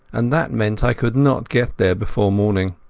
and that meant i could not get there before morning.